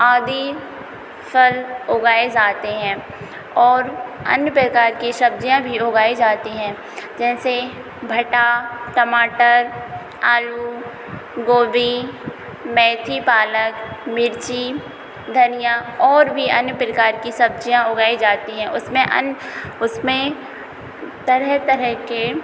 आदि फल उगाए जाते हैं और अन्य प्रकार की सब्ज़ियाँ भी उगाई जाती हैं जैसे भुट्टा टमाटर आलू गोभी मेथी पालक मिर्ची धनिया और भी अन्य प्रकार की सब्ज़ियाँ उगाई जाती हैं उसमें अन उसमें तरह तरह के